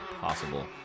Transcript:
possible